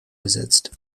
besetzt